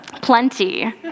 Plenty